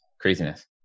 craziness